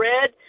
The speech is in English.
red